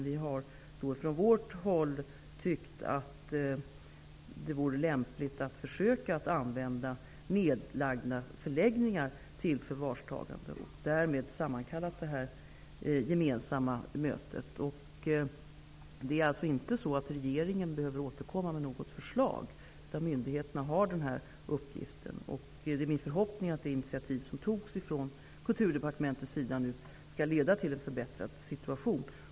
Vi har från vårt håll tyckt att det vore lämpligt att försöka använda nerlagda förläggningar till förvarstagande, och Kulturdepartementet har därför sammmankallat detta gemensamma möte. Regeringen behöver alltså inte återkomma med något förslag, utan myndigheterna har denna uppgift. Min förhoppning är att det initiativ som togs från Kulturdepartementet skall leda till en förbättrad situation.